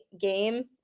game